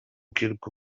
kilku